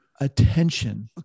attention